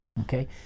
okay